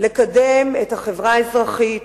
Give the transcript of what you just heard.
לקדם את החברה האזרחית,